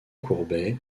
courbet